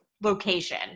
location